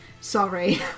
sorry